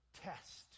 test